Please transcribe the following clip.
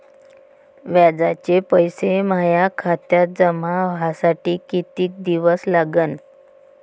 व्याजाचे पैसे माया खात्यात जमा व्हासाठी कितीक दिवस लागन?